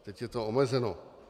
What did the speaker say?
Teď je to omezeno.